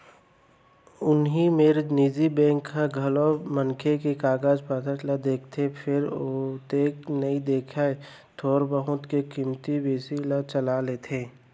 उही मेर निजी बेंक ह घलौ मनखे के कागज पातर ल देखथे फेर ओतेक नइ देखय थोर बहुत के कमती बेसी ल चला लेथे